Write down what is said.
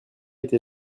été